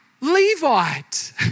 Levite